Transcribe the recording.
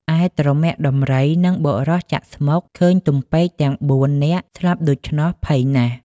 ឯទ្រមាក់ដំរីនិងបុរសចាក់ស្មុគ ឃើញទំពែកទាំង ៤ នាក់ស្លាប់ដូច្នោះ ភ័យណាស់